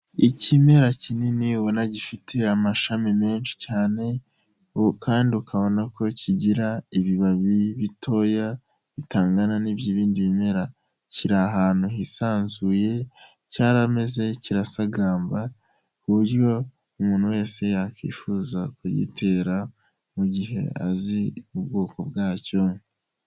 Ikimera kinini ubona gifite amashami menshi cyane ubu kandi ukabona ko kigira ibibabi bitoya bitangana n'iby'ibindi bimera kiri ahantu hisanzuye cyarameze kirasagamba ku buryo umuntu wese yakwifuza kugitera mu gihe azi ubwoko bwacyo.